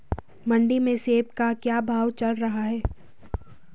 मंडी में सेब का क्या भाव चल रहा है?